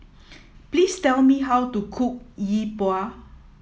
please tell me how to cook Yi Bua